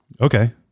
Okay